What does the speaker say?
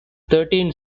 thirteen